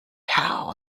how